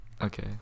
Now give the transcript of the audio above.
Okay